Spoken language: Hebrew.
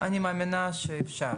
מאמינה שאפשר.